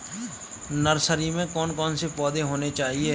Nursery में कौन कौन से पौधे होने चाहिए?